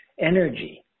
energy